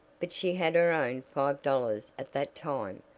but she had her own five dollars at that time.